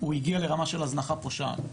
הוא הגיע לרמה של הזנחה פושעת,